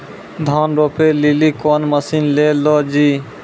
धान रोपे लिली कौन मसीन ले लो जी?